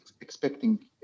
expecting